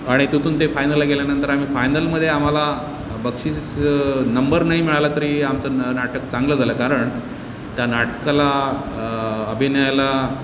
आणि तिथून ते फायनलला गेल्यानंतर आम्ही फायनलमध्ये आम्हाला बक्षिस नंबर नाही मिळाला तरी आमचं न नाटक चांगलं झालं कारण त्या नाटकाला अभिनयाला